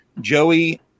Joey